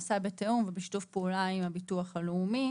נעשה בתיאום ובשיתוף פעולה עם הביטוח הלאומי.